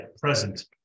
present